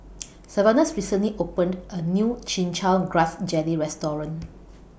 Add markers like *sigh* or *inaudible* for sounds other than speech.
*noise* Sylvanus recently opened A New Chin Chow Grass Jelly Restaurant